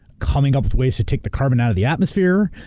coming up with ways to take the carbon out of the atmosphere.